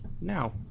now